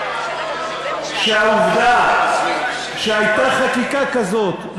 שהעובדה שהייתה חקיקה כזאת,